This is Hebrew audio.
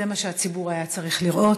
זה מה שהציבור היה צריך לראות.